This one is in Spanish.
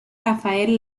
rafael